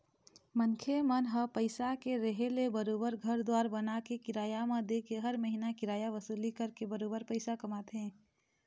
मनखे मन ह पइसा के रेहे ले बरोबर घर दुवार बनाके, किराया म देके हर महिना किराया वसूली करके बरोबर पइसा कमाथे